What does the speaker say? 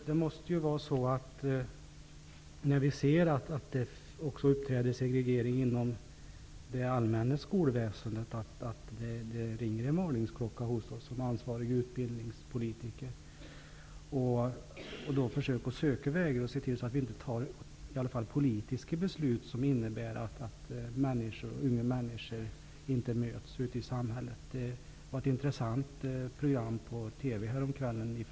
Fru talman! När vi ser att det uppträder segregering inom det allmänna skolväsendet måste det ringa en varningsklocka hos oss ansvariga utbildningspolitiker. Då får vi söka olika vägar och se till att vi inte fattar politiska beslut som innebär att unga människor inte möts i samhället. Det var ett intressant program om Västerås på TV häromkvällen.